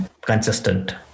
consistent